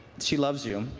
she loves you.